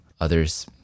Others